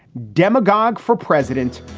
demagogue for president,